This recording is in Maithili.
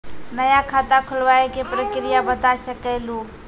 नया खाता खुलवाए के प्रक्रिया बता सके लू?